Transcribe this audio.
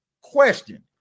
Question